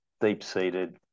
deep-seated